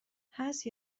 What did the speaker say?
هست